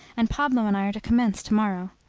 and pablo and i are to commence to-morrow.